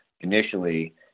initially